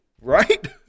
Right